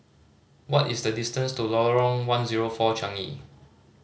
what is the distance to Lorong One Zero Four Changi